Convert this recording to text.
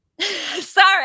sorry